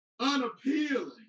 unappealing